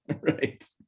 Right